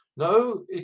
no